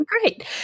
great